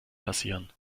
passieren